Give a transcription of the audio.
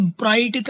bright